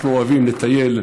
אנחנו אוהבים לטייל,